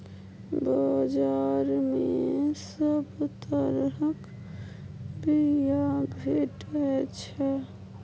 बजार मे सब तरहक बीया भेटै छै